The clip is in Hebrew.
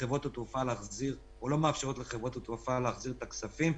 מחברות התעופה להחזיר או לא מאפשרת לחברות התעופה להחזיר את הכספים,